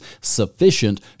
sufficient